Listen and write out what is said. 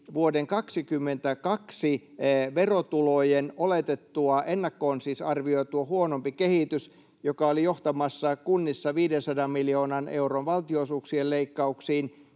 vuoden 22 verotulojen oletettua, siis ennakkoon arvioitua, huonompi kehitys, joka oli johtamassa kunnissa 500 miljoonan euron valtionosuuksien leikkauksiin